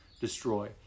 destroy